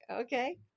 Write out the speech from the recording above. Okay